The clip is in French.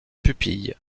pupille